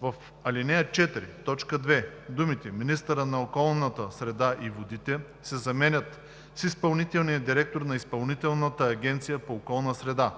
в ал. 4, т. 2 думите „министъра на околната среда и водите“ се заменят с „изпълнителния директор на Изпълнителната агенция по околна среда“;